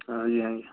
ଆଜ୍ଞା ଆଜ୍ଞା